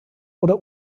oder